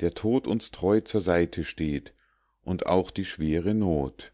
der tod uns treu zur seite steht und auch die schwere not